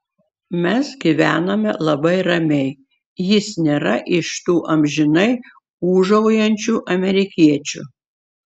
mes gyvename labai ramiai jis nėra iš tų amžinai ūžaujančių amerikiečių